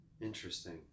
Interesting